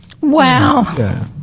Wow